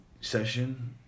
session